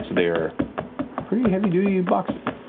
so they are pretty heavy duty boxes.